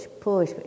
push